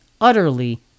utterly